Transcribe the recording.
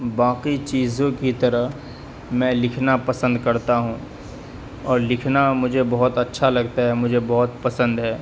باقی چیزوں کی طرح میں لکھنا پسند کرتا ہوں اور لکھنا مجھے بہت اچھا لگتا ہے مجھے بہت پسند ہے